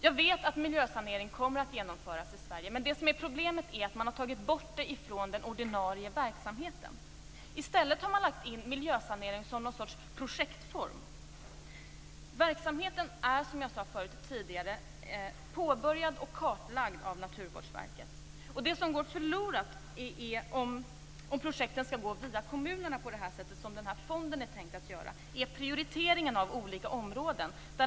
Jag vet att miljösanering kommer att genomföras i Sverige. Problemet är att man har tagit bort den från ordinarie verksamhet. I stället har man lagt in miljösanering i en sorts projektform. Verksamheten är, som jag tidigare sagt, påbörjad och kartlagd av Naturvårdsverket. Det som går förlorat om projekten skall gå via kommunerna, som det är tänkt med fonden i fråga, är prioriteringen av olika områden.